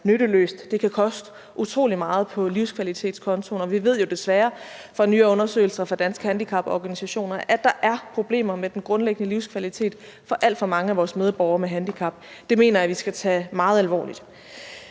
nytteløst. Det kan koste utrolig meget på livskvalitetskontoen, og vi ved jo desværre fra nye undersøgelser og fra Danske Handicaporganisationer, at der er problemer med den grundlæggende livskvalitet for alt for mange af vores medborgere med handicap. Det mener jeg vi skal tage meget alvorligt.